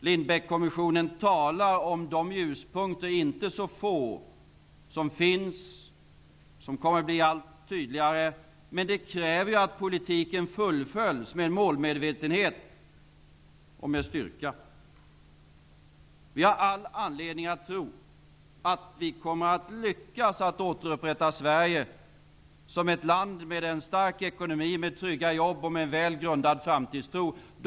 Lindbeckkommissionen talar om de ljuspunkter -- inte så få -- som finns och som kommer att bli allt tydligare. Men det kräver att politiken fullföljs med en målmedvetenhet och styrka. Vi har all anledning att tro att vi kommer att lyckas att återupprätta Sverige som ett land med stark ekonomi, tryggade jobb och väl grundad framtidstro.